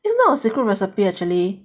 it's not secret recipe actually